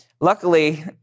luckily